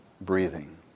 breathing